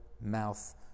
mouth